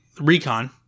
recon